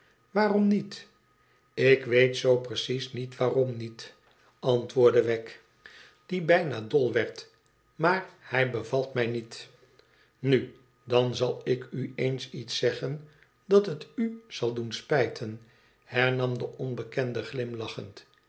waarom niet ik weet zoo precies niet waarom niet antwoordde wegg die bijna dol werd maar hij bevalt mij niet onzb wedbrzudschb vruno inu dan zal ik ueens iets zeggen dat het u zal doen spijten hernam de onbekende